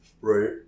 Right